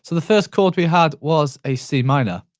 so the first chord we had was a c minor.